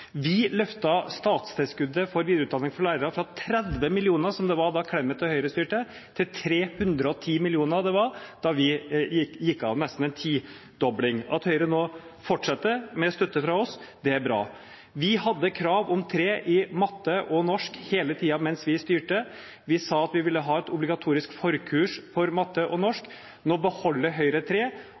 Vi løftet statstilskuddet til videreutdanning for lærere fra 30 mill. kr, som det var da Clemet og Høyre styrte, til 310 mill. kr., som det var da vi gikk av – omtrent en tidobling. At Høyre nå fortsetter med støtte fra oss, det er bra. Vi hadde krav om 3 i matte og norsk hele tiden mens vi styrte. Vi sa at vi ville ha et obligatorisk forkurs for matte og norsk. Nå beholder Høyre